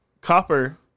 Copper